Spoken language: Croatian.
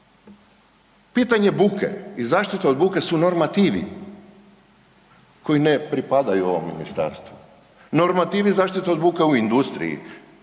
Pitanje buke i zaštite od buke su normativi koji ne pripadaju ovom ministarstvu. Normativi zaštite buke u industriji,